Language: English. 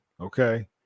okay